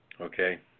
Okay